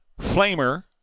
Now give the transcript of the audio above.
Flamer